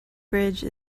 bridge